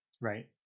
right